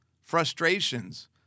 frustrations